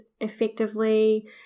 effectively